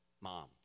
mom